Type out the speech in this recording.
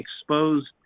exposed